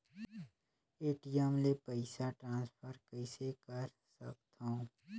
ATM ले पईसा transfer कइसे कर सकथव?